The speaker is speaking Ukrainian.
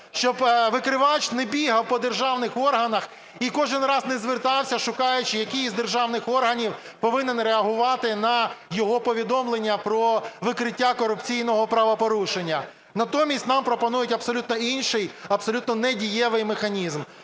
щоб викривач не бігав по державних органах і кожен раз не звертався, шукаючи, який із державних органів повинен реагувати на його повідомлення про викриття корупційного правопорушення. Натомість нам пропонують абсолютно інший, абсолютно недієвий механізм.